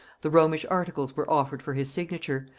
the romish articles were offered for his signature,